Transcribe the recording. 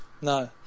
No